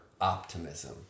optimism